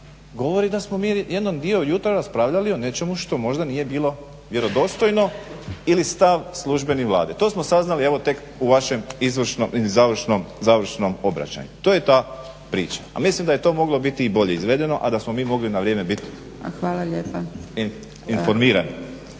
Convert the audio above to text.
govori da smo mi jedan dio ujutro raspravljali o nečemu što možda nije bilo vjerodostojno ili stav službeni Vlade. Evo to smo saznali tek u vašem izvršnom ili završnom obraćanju. To je ta priča. A mislim da je to moglo biti i bolje izvedeno a da smo mi mogli na vrijeme biti informirani.